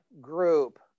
group